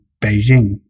Beijing